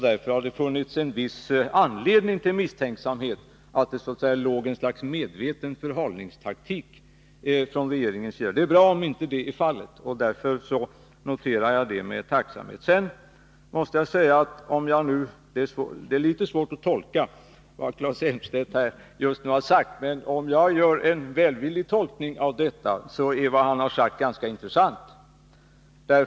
Därför har det funnits en viss anledning till misstanke om att det fanns någon slags medveten förhalningstaktik från regeringens sida. Det är bra om så inte är fallet, och jag noterar det med tacksamhet. Det är litet svårt att tolka vad Claes Elmstedt har sagt i sitt inlägg, men om jag gör en välvillig tolkning av det finner jag att det är ganska intressant.